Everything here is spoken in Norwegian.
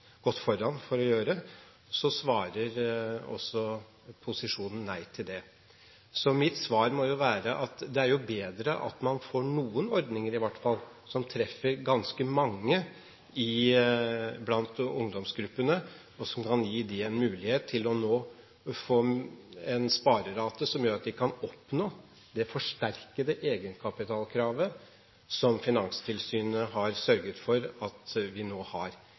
foran med å gjøre – så svarer posisjonen også nei til det. Så mitt svar må være: Det er jo bedre at man får noen ordninger, i hvert fall, som treffer ganske mange blant ungdomsgruppene, og som nå kan gi dem en mulighet til å få en sparerate som gjør at de kan oppnå det forsterkede egenkapitalkravet som Finanstilsynet har sørget for at vi nå har.